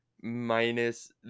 minus